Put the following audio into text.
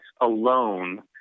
alone